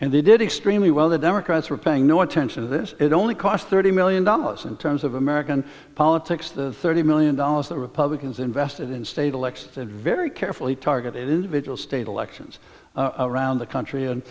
and they did extremely well the democrats were paying no attention to this it only cost thirty million dollars in terms of american politics the thirty million dollars the republicans invested in state election very carefully targeted individual state elections around the country and